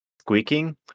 squeaking